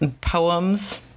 poems